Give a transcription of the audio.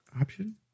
Option